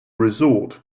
resort